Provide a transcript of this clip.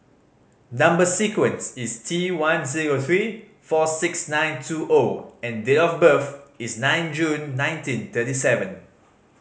number sequence is T one zero three four six nine two O and date of birth is nine June nineteen thirty seven